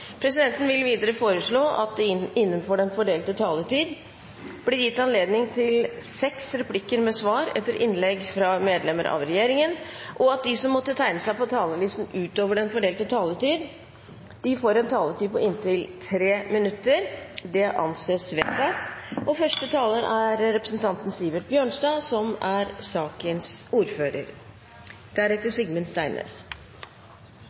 vil presidenten foreslå at det gis anledning til replikkordskifte på inntil seks replikker med svar etter innlegg fra medlem av regjeringen innenfor den fordelte taletid. Videre blir det foreslått at de som måtte tegne seg på talerlisten utover den fordelte taletid, får en taletid på inntil 3 minutter. – Det anses vedtatt. Første taler er Sivert Bjørnstad, som får ordet på vegne av Bente Thorsen, som er sakens ordfører.